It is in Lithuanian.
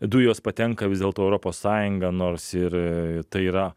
dujos patenka vis dėlto į europos sąjungą nors ir tai yra